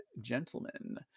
gentlemen